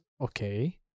Okay